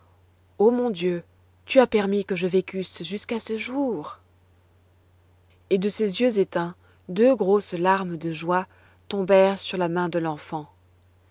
oh mon dieu tu as permis que je vécusse jusqu'à ce jour et de ses yeux éteints deux grosses larmes de joie tombèrent sur la main de l'enfant